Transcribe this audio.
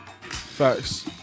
Facts